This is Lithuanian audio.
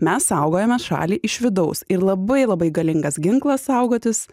mes saugojame šalį iš vidaus ir labai labai galingas ginklas saugotis